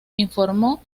informó